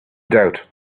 doubt